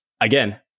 again